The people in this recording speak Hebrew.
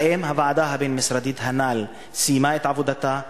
האם הוועדה הבין-משרדית הנ"ל סיימה את עבודתה?